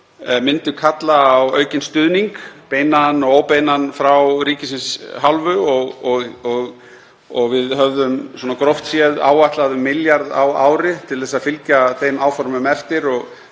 myndu kalla á aukinn stuðning, beinan og óbeinan, af ríkisins hálfu og við höfðum gróft séð áætlað um milljarð á ári til þess að fylgja þeim áformum eftir og